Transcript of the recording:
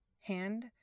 hand